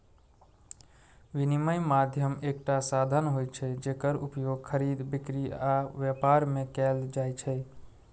विनिमय माध्यम एकटा साधन होइ छै, जेकर उपयोग खरीद, बिक्री आ व्यापार मे कैल जाइ छै